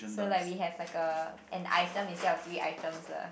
so like we have like a an item instead of three items lah